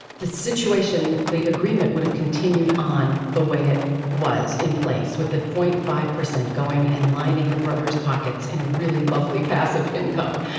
the situation, the agreement would have continued on the way it was in place with the zero point five percent going and lining the brothers' pockets in a really lovely, passive income.